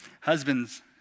Husbands